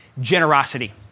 generosity